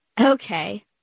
Okay